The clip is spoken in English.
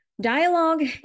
Dialogue